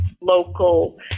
local